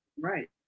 right